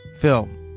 film